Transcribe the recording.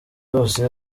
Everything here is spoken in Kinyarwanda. hose